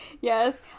Yes